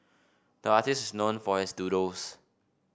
the artist is known for his doodles